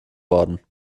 worden